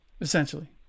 essentially